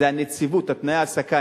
זה הנציבות, תנאי ההעסקה.